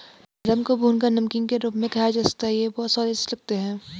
बादाम को भूनकर नमकीन के रूप में खाया जाता है ये बहुत ही स्वादिष्ट लगते हैं